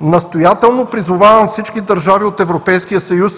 „Настоятелно призовавам всички държави от Европейския съюз